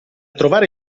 trovare